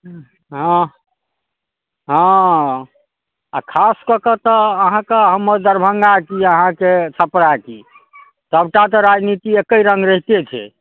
हँ हँ आ खास कऽ कऽ तऽ अहाँ के हमर दरभङ्गा की अहाँके छपरा की सबटा तऽ राजनीति एकै रङ्ग रहतै छै